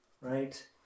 right